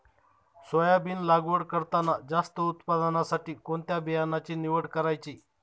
Soybean लागवड करताना जास्त उत्पादनासाठी कोणत्या बियाण्याची निवड करायची?